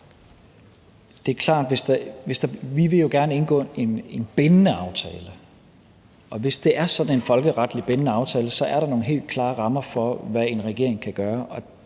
Vi vil jo gerne indgå en bindende aftale, og hvis det er sådan en folkeretligt bindende aftale, er der nogle helt klare rammer for, hvad en regering kan gøre